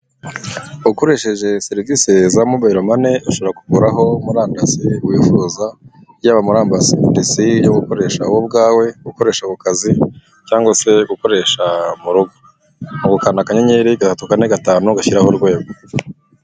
Ukoresheje serivisi za mobile money ashobora kuguraho murandasiye wifuza yababa muri ambasadeci yobukoresha wowe ubwawe ukoresha ako kazi cyangwa se gukoresha mugo agukanakanyenyeri gahatuganae gatanu ushyiraho urwego.